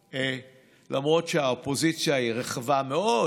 למרות שהאופוזיציה היא רחבה מאוד,